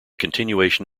continuation